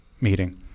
meeting